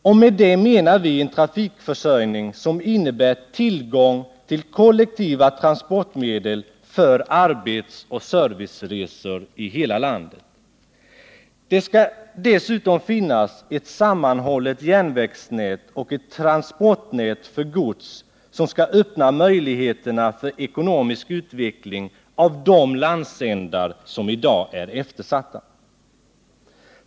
Och med det menar vi en trafikförsörjning som innebär tillgång till kollektiva transportmedel för arbetsoch serviceresor i hela landet. Det skall dessutom finnas ett sammanhållet järnvägsnät och ett transportnät för gods som skall öppna möjligheterna för ekonomisk utveckling av de landsändar som i dag är eftersatta.